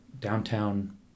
downtown